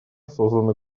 созданы